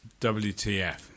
WTF